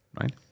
right